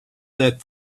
that